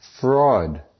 fraud